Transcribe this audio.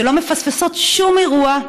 שלא מפספסות שום אירוע.